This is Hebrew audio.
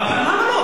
למה לא?